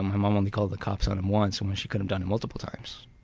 my mom only called the cops on him once and when she could have done multiple times.